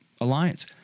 alliance